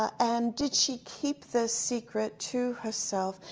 and did she keep this secret to herself.